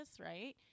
Right